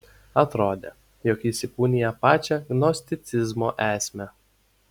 atrodė jog jis įkūnija pačią gnosticizmo esmę